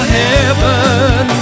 heaven